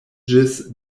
ĝis